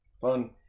Fun